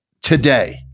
today